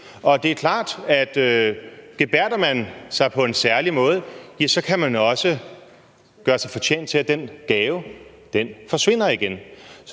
og det er klart, at gebærder man sig på en særlig måde, kan man også gøre sig fortjent til at den gave igen forsvinder.